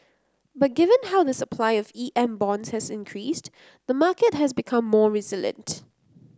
but given how the supply of E M bonds has increased the market has become more resilient